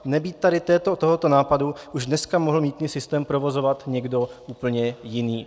Nebýt tohoto nápadu, už dneska mohl mýtný systém provozovat někdo úplně jiný.